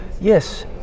Yes